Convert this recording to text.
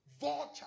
vulture